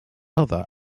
other